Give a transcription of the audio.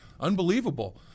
Unbelievable